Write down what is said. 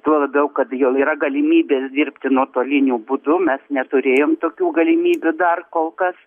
tuo labiau kad jau yra galimybės dirbti nuotoliniu būdu mes neturėjom tokių galimybių dar kol kas